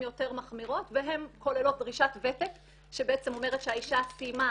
יותר מחמירות והן כוללות דרישת ותק שבעצם אומרת שהאישה סיימה